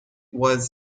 was